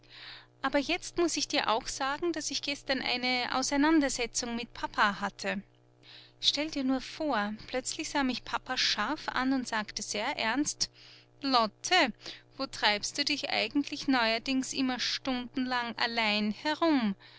aber jetzt muß ich dir auch sagen daß ich gestern eine auseinandersetzung mit papa hatte stelle dir nur vor plötzlich sah mich papa scharf an und sagte sehr ernst lotte wo treibst du dich eigentlich neuerdings immer stundenlang allein herum